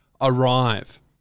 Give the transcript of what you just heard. arrive